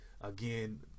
Again